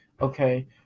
okay